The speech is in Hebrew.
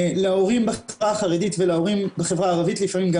להורים בחברה החרדית ולהורים בחברה הערבית לפעמים גם